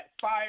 fire